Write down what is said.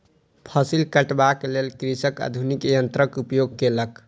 फसिल कटबाक लेल कृषक आधुनिक यन्त्रक उपयोग केलक